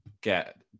get